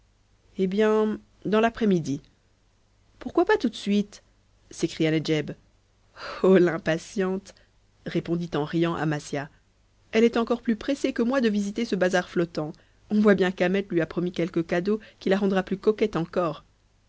eh bien dans l'après-midi pourquoi pas tout de suite s'écria nedjeb oh l'impatiente répondit en riant amasia elle est encore plus pressée que moi de visiter ce bazar flottant on voit bien qu'ahmet lui a promis quelque cadeau qui la rendra plus coquette encore